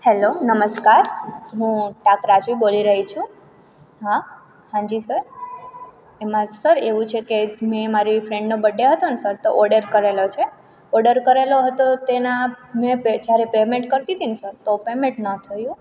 hello નમસ્કાર હું ટાંક રાજવી બોલી રહી છું હા હાંજી સર એમાં સર એવું છે કે મેં મારી ફ્રેન્ડનો બર્થડે હતોને સર તો ઓર્ડર કરેલો છે ઓડર કરેલો હતો તેના મેં પે જ્યારે પેમેન્ટ કરતી હતીને સર તો પેમેન્ટ ન થયું